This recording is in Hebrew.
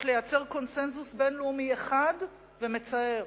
לייצר קונסנזוס בין-לאומי אחד ומצער: